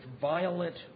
violent